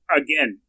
again